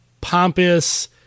pompous